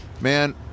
Man